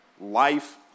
Life